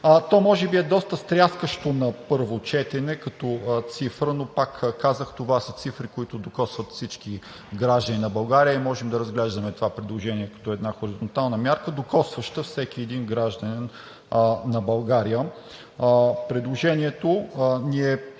То може би е доста стряскащо на първо четене като цифра, но, повтарям, това са цифри, които докосват всички граждани на България. И можем да разглеждаме това предложение като една хоризонтална мярка, докосваща всеки един гражданин на България. Предложението ни е